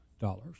dollars